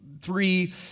three